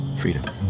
Freedom